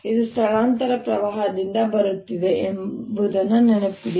ಇದು ಸ್ಥಳಾಂತರದ ಪ್ರವಾಹದಿಂದ ಬರುತ್ತಿದೆ ಎಂಬುದನ್ನು ನೆನಪಿಡಿ